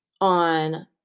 on